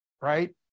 Right